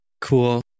Cool